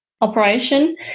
operation